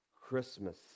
Christmas